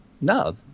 No